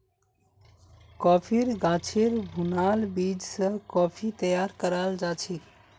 कॉफ़ीर गाछेर भुनाल बीज स कॉफ़ी तैयार कराल जाछेक